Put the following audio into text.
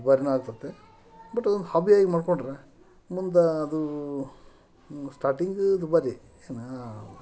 ದುಬಾರಿನೇ ಆಗ್ತದೆ ಬಟ್ ಅದೊಂದು ಹಾಬಿಯಾಗಿ ಮಾಡ್ಕೊಂಡರೆ ಮುಂದೆ ಅದು ಸ್ಟಾರ್ಟಿಂಗ್ ದುಬಾರಿ ಏನು